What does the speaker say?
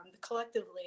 collectively